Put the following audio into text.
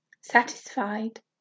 Satisfied